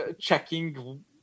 checking